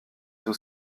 tout